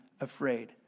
afraid